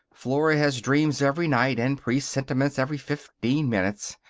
flora has dreams every night and presentiments every fifteen minutes.